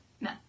No